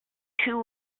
two